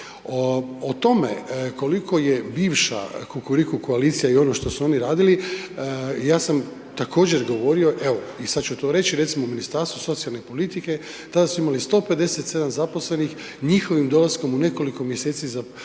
O tome koliko je bivša kukuriku koalicija i ono što su oni radili, ja sam također govorio, evo, i sad ću to reći, recimo, u Ministarstvu socijalne politike tada su imali 157 zaposlenih, njihovim dolaskom u nekoliko mjeseci, taj